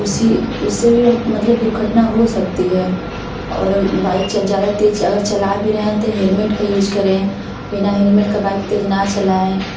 उसी उससे भी हम मतलब दुर्घटना हो सकती है और बाइक से ज़्यादा तेज़ अगर चला भी रहें हैं तो हेलमेट का यूज करें बिना हेलमेट का बाइक तेज न चलाएँ